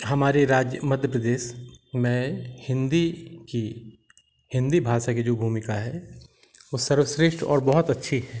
हमारे राज्य मध्य प्रदेश में हिन्दी कि हिन्दी भाषा की जो भूमिका है वो सर्वश्रेष्ठ और बहुत अच्छी है